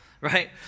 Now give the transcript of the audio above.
right